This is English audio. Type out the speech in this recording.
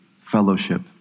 fellowship